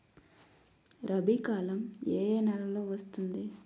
రబీ కాలం ఏ ఏ నెలలో వస్తుంది?